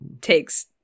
takes